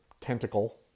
tentacle